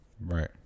right